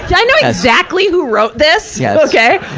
i know exactly who wrote this, yeah okay?